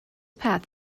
path